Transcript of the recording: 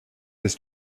his